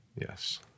Yes